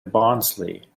barnsley